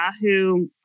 Yahoo